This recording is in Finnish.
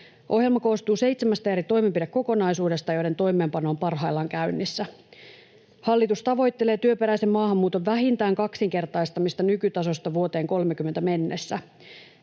Ohjelma koostuu seitsemästä eri toimenpidekokonaisuudesta, joiden toimeenpano on parhaillaan käynnissä. Hallitus tavoittelee työperäisen maahanmuuton vähintään kaksinkertaistamista nykytasosta vuoteen 30 mennessä